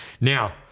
now